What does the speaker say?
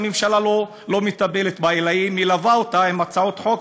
שהממשלה לא מטפלת בה אלא מלבה אותה עם הצעות חוק